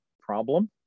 problem